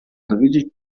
dowiedzieć